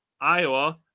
Iowa